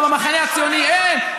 מה, במחנה הציוני אין?